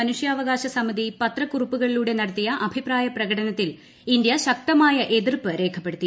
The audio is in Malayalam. മനുഷ്യാവകാശ സമിതി പത്രക്കുറിപ്പുകളിലൂടെ നടത്തിയ അഭിപ്രായ പ്രകടനത്തിൽ ഇന്തൃ ശക്തമായ എതിർപ്പ് രേഖപ്പെടുത്തി